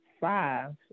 five